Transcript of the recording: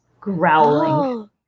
Growling